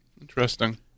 Interesting